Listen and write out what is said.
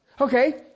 Okay